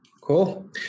cool